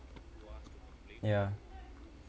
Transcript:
ya